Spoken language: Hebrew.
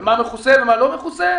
ומה מכוסה ומה לא מכוסה,